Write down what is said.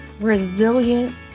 resilient